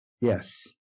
Yes